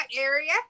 area